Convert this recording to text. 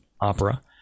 opera